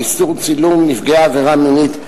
איסור צילום נפגעי עבירה מינית),